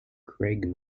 craig